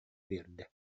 биэрдэ